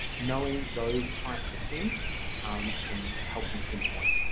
knowing those types of things can help you pinpoint